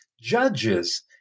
judges